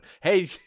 Hey